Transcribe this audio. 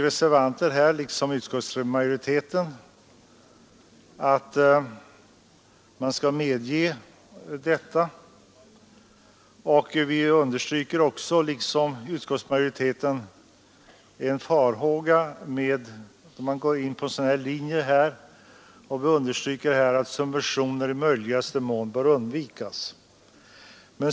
Reservanterna liksom utskottsmajoriteten anser att en sådan skattelättnad skall medges. Reservanterna uttrycker också, liksom utskottsmajoriteten, farhågor för att gå in på denna linje och understryker att subventioner i möjligaste mån bör undvikas.